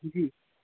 جی